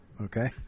Okay